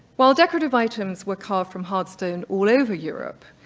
while decorative items were carved from hard stone all over europe,